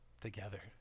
together